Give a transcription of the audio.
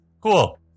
cool